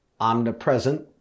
omnipresent